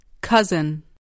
Cousin